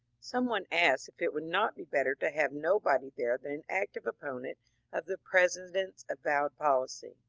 some one asked if it would not be better to have nobody there than an active opponent of the president's avowed policy.